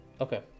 Okay